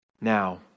Now